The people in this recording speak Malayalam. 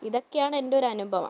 ഇതൊക്കെയാണ് എൻ്റെ ഒരനുഭവം